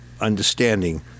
understanding